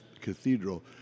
Cathedral